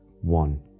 one